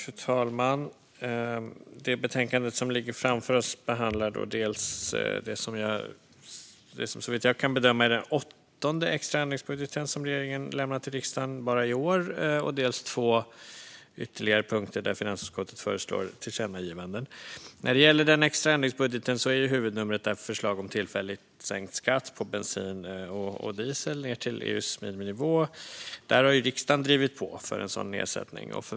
Fru talman! Det betänkande som ligger framför oss behandlar dels det som, såvitt jag kan bedöma, är den åttonde extra ändringsbudgeten som regeringen har lämnat till riksdagen i år, dels två ytterligare punkter där finansutskottet föreslår tillkännagivanden. I den extra ändringsbudgeten är huvudnumret ett förslag om tillfälligt sänkt skatt på bensin och diesel ned till EU:s miniminivå. Riksdagen har drivit på för en sådan nedsättning.